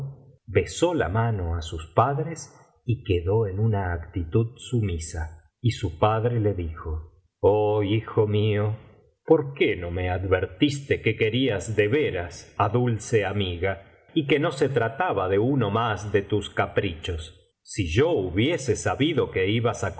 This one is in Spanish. besó la mano á sus padres y quedó en una actitud sumisa y su padre le dijo oh hijo mío por qué no me advertiste que querías de veras á dulce amiga y que no se trataba de uno más de tus caprichos si yo hubiese sabido que ibas